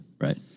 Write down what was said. Right